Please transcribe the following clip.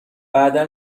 بعدا